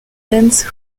dense